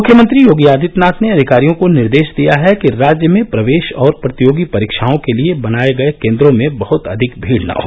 मुख्यमंत्री योगी आदित्यनाथ ने अधिकारियों को निर्देश दिया है कि राज्य में प्रवेश और प्रतियोगी परीक्षाओं के लिए बनाए गए केन्द्रों में बहत अधिक भीड न हो